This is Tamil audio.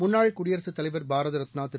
முன்னாள் குடியரசுத் தலைவர் பாரத ரத்னா திரு